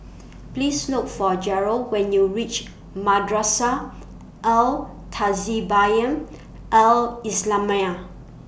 Please Look For Garold when YOU REACH Madrasah Al Tahzibiah Al Islamiah